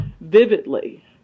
vividly